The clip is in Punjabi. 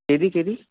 ਕਿਹਦੀ ਕਿਹਦੀ